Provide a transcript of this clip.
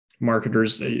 marketers